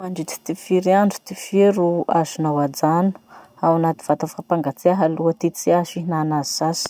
Mandritsy ty firy andro ty fia ro azonao ajano ao anaty vata fampangatsiaha aloha ty tsy azo hihinana azy sasy?